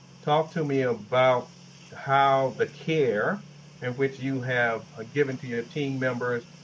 talk to me about how the care in which you have ah given to your team members,